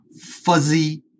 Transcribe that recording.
fuzzy